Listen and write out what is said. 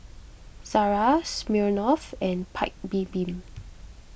Zara Smirnoff and Paik's Bibim